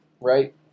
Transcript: Right